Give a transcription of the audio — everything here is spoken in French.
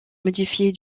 modifiée